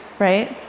right?